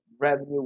revenue